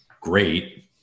great